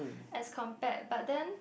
as compared but then